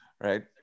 Right